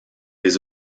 les